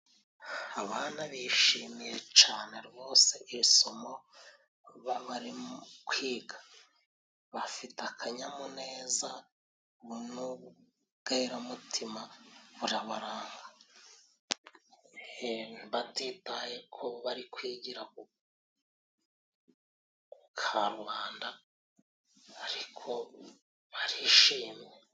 Abana bishimiye cane rwose iri somo bari barimo kwiga, bafite akanyamuneza n'ubweramutima burabaranga, batitaye ko bari kwigira ku karubanda ariko barishimye.